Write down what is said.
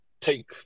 take